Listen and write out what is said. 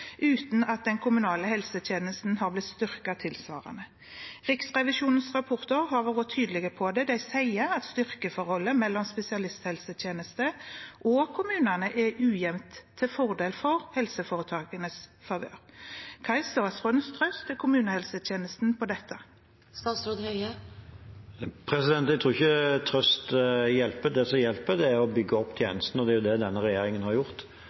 uten at den kommunale helsetjenesten har blitt styrket tilsvarende. Riksrevisjonens rapporter har vært tydelige på dette. De sier at styrkeforholdet mellom spesialisthelsetjeneste og kommuner er ujevnt, til fordel for helseforetakene – i deres favør. Hva er statsrådens trøst til kommunehelsetjenesten når det gjelder dette? Jeg tror ikke trøst hjelper. Det som hjelper, er å bygge opp tjenestene, og det er det denne regjeringen har gjort,